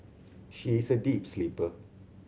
she is a deep sleeper